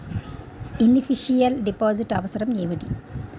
Initial deposit అవసరం ఏమిటి?